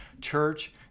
church